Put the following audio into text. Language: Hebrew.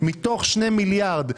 מתוך 2 מיליארד שקל,